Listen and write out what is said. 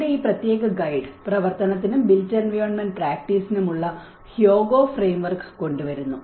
ഇവിടെ ഈ പ്രത്യേക ഗൈഡ് പ്രവർത്തനത്തിനും ബിൽറ്റ് എൻവയോൺമെന്റ് പ്രാക്ടീസിനുമുള്ള ഹ്യോഗോ ഫ്രെയിംവർക്ക് കൊണ്ടുവരുന്നു